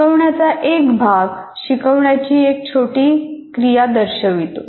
शिकवण्याचा एक भाग शिकवण्याची एक छोटी क्रिया दर्शवितो